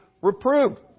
reproved